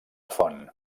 font